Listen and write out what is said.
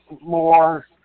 more